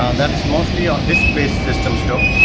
um that is mostly on disk-based systems still,